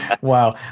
Wow